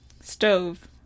stove